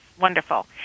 wonderful